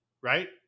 Right